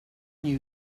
knew